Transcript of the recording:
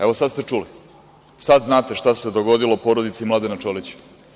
Evo, sad ste čuli, sad znate šta se dogodilo porodici Mladena Čolića.